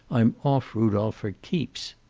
i'm off rudolph for keeps.